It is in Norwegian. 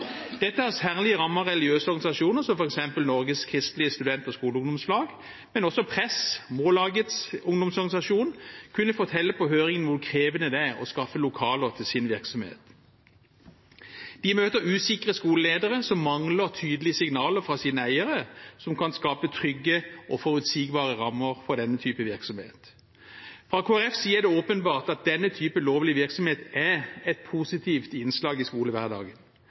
Dette har særlig rammet religiøse organisasjoner som f.eks. Norges Kristelige Student- og Skoleungdomslag, men også PRESS og Mållagets ungdomsorganisasjon kunne fortelle på høringen hvor krevende det er å skaffe lokaler til sin virksomhet. De møter usikre skoleledere som mangler tydelige signaler fra sine eiere, som kan skape trygge og forutsigbare rammer for den type virksomhet. Fra Kristelig Folkepartis side er det åpenbart at denne typen lovlig virksomhet er et positivt innslag i skolehverdagen.